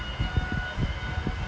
see how lah